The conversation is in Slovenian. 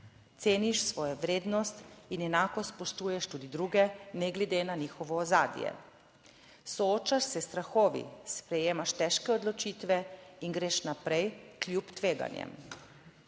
Ceniš svojo vrednost in enako spoštuješ tudi druge, ne glede na njihovo ozadje. Soočaš se s strahovi, sprejemaš težke odločitve in greš naprej, kljub tveganjem.